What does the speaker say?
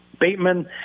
Bateman